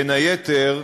בין היתר,